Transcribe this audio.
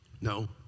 No